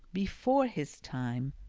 before his time,